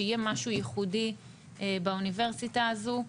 שיהיה משהו ייחודי באוניברסיטה הזו,